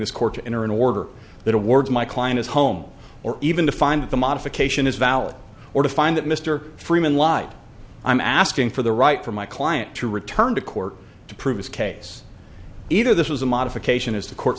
this court to enter an order that awards my client as home or even to find the modification is valid or to find that mr freeman lied i'm asking for the right for my client to return to court to prove his case either this was a modification is the court